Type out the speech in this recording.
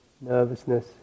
nervousness